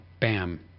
Bam